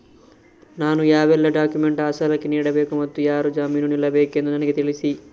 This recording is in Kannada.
ನಾನು ಯಾವೆಲ್ಲ ಡಾಕ್ಯುಮೆಂಟ್ ಆ ಸಾಲಕ್ಕೆ ನೀಡಬೇಕು ಮತ್ತು ಯಾರು ಜಾಮೀನು ನಿಲ್ಲಬೇಕೆಂದು ನನಗೆ ತಿಳಿಸಿ?